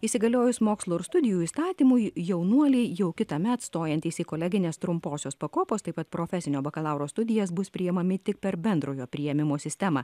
įsigaliojus mokslo ir studijų įstatymui jaunuoliai jau kitąmet stojantys į kolegines trumposios pakopos taip pat profesinio bakalauro studijas bus priimami tik per bendrojo priėmimo sistemą